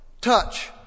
touch